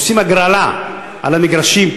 עושים הגרלה על המגרשים,